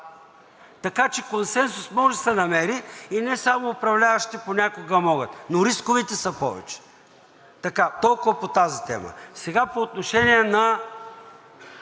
Така че консенсус може да се намери и не само управляващите понякога могат, но рисковете са повече. Толкова по тази тема. Сега по отношение на